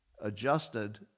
adjusted